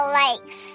likes